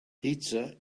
pizza